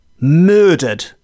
murdered